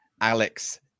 alex